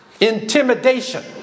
Intimidation